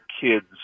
kids